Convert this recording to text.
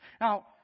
Now